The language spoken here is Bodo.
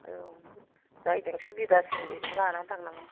औ जायजों सुबिदासिन बेजोंनो लाना थांनांगौ